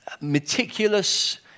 meticulous